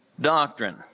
doctrine